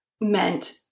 meant